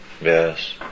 Yes